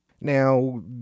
Now